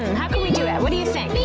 how can we do it? what do you think?